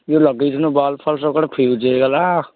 ଯେଉଁ ଲଗାଇଥିଲ ବଲ୍ ଫଲ୍ ସବୁଆଡ଼େ ଫ୍ୟୁଜ୍ ହେଇଗଲା